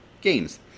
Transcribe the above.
Games